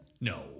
No